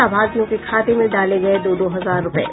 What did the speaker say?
लाभार्थियों के खाते में डाले गये दो दो हजार रूपये